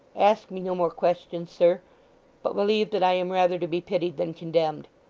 ask me no more questions, sir but believe that i am rather to be pitied than condemned.